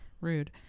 Rude